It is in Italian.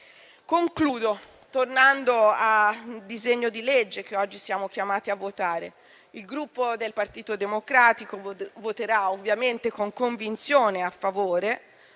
Concludo tornando al disegno di legge che oggi siamo chiamati a votare. Il Gruppo Partito Democratico voterà con convinzione a favore.